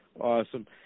Awesome